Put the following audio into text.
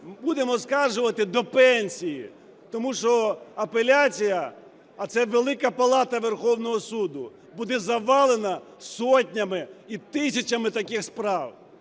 будемо оскаржувати до пенсії. Тому що апеляція, а це Велика Палата Верховного Суду, буде завалена сотнями і тисячами таких справ,